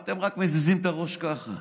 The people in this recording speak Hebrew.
אתם רק מזיזים את הראש ככה,